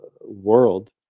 world